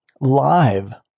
live